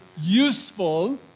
useful